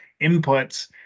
inputs